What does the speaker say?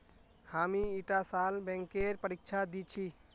हामी ईटा साल बैंकेर परीक्षा दी छि